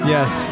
Yes